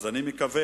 אז אני מקווה,